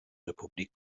republik